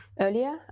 earlier